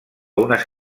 unes